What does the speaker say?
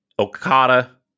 Okada